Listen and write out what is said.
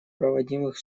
проводимых